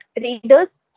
readers